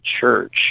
church